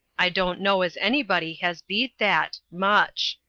i don't know as anybody has beat that much.